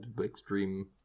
extreme